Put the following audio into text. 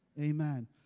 Amen